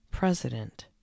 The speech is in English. president